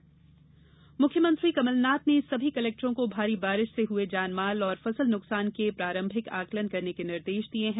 फसल नुकसान आकलन मुख्यमंत्री कमल नाथ ने सभी कलेक्टरों को भारी बारिश से हुए जान माल और फसल नुकसान के प्रारंभिक आकलन करने के निर्देश दिए हैं